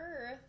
Earth